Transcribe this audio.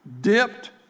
dipped